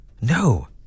No